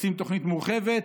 עושים תוכנית מורחבת,